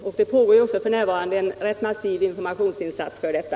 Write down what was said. F. n. pågår också en rätt massiv informationsinsats för detta.